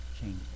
change